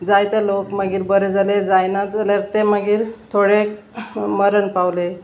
जायते लोक मागीर बरे जाले जायना जाल्यार ते मागीर थोडे मरण पावले